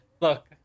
look